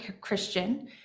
Christian